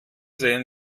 sehen